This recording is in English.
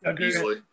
easily